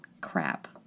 Crap